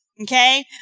okay